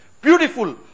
beautiful